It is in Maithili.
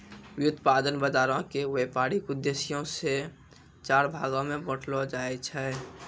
व्युत्पादन बजारो के व्यपारिक उद्देश्यो से चार भागो मे बांटलो जाय छै